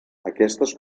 aquestes